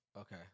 Okay